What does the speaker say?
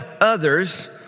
others